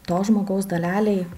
to žmogaus dalelei